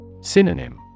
Synonym